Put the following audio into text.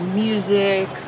music